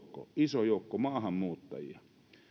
iso joukko maahanmuuttajia